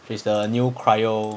it's the new cryo